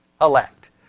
elect